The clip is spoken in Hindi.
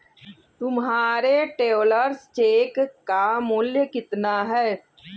तुम्हारे ट्रैवलर्स चेक का मूल्य कितना है?